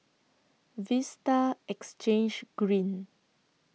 Vista Exchange Green